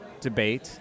debate